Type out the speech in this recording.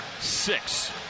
six